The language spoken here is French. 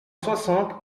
soixante